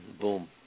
boom